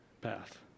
path